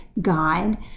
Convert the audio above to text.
God